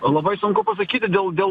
labai sunku pasakyti dėl dėl